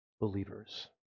believers